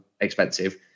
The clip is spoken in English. expensive